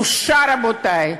בושה, רבותי,